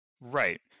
Right